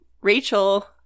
Rachel